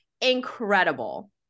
incredible